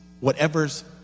whatever's